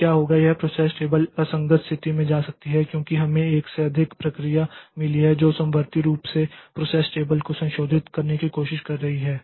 फिर क्या होगा यह प्रोसेस टेबल असंगत स्थिति में जा सकती है क्योंकि हमें एक से अधिक प्रक्रिया मिली है जो समवर्ती रूप से प्रोसेस टेबल को संशोधित करने की कोशिश कर रही है